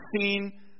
seen